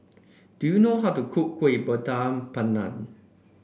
do you know how to cook Kuih Bakar Pandan